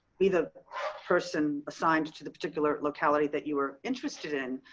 be the person assigned to the particular locality that you are interested in,